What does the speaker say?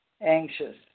anxious